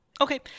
okay